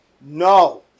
No